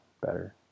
better